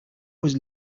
was